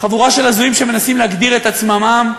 חבורה של הזויים שמנסים להגדיר את עצמם עם,